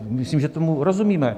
Myslím, že tomu rozumíme.